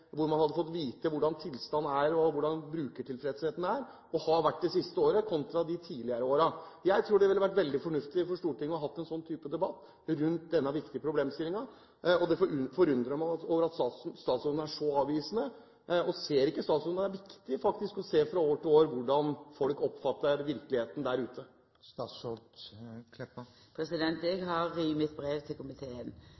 hvor man hadde fått vite hvordan tilstanden er, og hvordan brukertilfredsheten er – og har vært det siste året – kontra de tidligere årene. Jeg tror det ville vært veldig fornuftig for Stortinget å ha en slik type debatt om denne viktige problemstillingen, og jeg forundrer meg over at statsråden er så avvisende til dette. Ser ikke statsråden at det er viktig å se, fra år til år, hvordan folk oppfatter virkeligheten der ute?